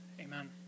Amen